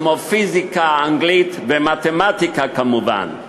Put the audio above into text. כמו פיזיקה, אנגלית ומתמטיקה, כמובן.